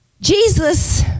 Jesus